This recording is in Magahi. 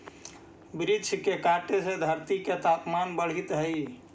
वृक्ष के कटे से धरती के तपमान बढ़ित हइ